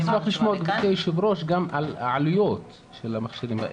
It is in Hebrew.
--- גבירתי היו"ר נשמח לשמוע גם על העלויות של המכשירים הללו.